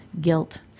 Guilt